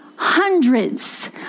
hundreds